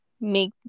make